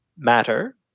matter